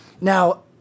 Now